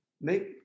Make